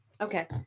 Okay